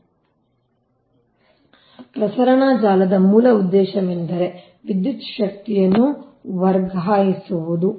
ಆದ್ದರಿಂದ ಪ್ರಸರಣ ಜಾಲದ ಮೂಲ ಉದ್ದೇಶವೆಂದರೆ ವಿದ್ಯುತ್ ಶಕ್ತಿಯನ್ನು ವರ್ಗಾಯಿಸುವುದು